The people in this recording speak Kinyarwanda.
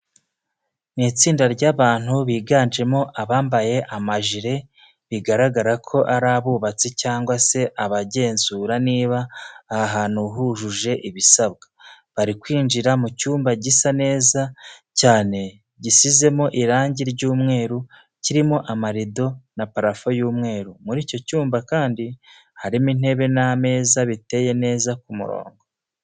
Ni itsinda ry'abantu biganjemo abambaye amajire, bigaragara ko ari abubatsi cyangwa se abagenzura niba aha hantu hujuje ibisabwa. Bari kwinjira mu cyumba gisa neza cyane gisizemo irange ry'umweru, kirimo amarido na parafo y'umweru. Muri icyo cyumba kandi harimo intebe n'ameza biteye neza ku murongo.